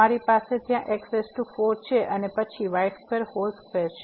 અમારી પાસે ત્યાં x4 છે અને પછી y2 હોલ સ્ક્વેર